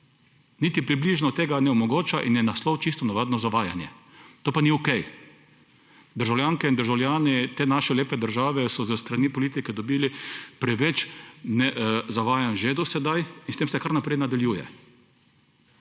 Niti približno tega ne omogoča in je naslov čisto navadno zavajanje. To pa ni okej. Državljanke in državljani te naše lepe države so s strani politike dobili preveč zavajanj že do sedaj in s tem se kar naprej nadaljuje.